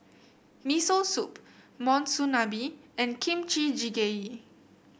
Miso Soup Monsunabe and Kimchi Jjigae